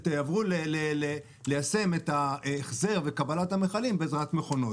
כנראה, ליישם את ההחזר בקבלת המכלים בעזרת מכונות.